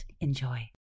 Enjoy